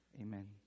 amen